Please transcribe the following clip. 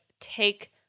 take